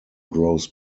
grows